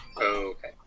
Okay